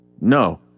No